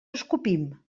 escopim